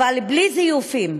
אבל בלי זיופים,